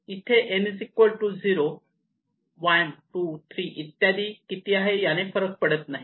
इथे n 0 1 2 3 इत्यादी किती आहे त्याने फरक पडत नाही